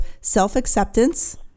self-acceptance